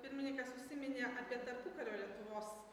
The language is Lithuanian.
pirmininkas užsiminė apie tarpukario lietuvos